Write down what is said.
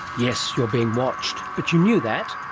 yes, you're being watched. but you knew that.